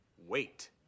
Wait